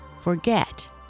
forget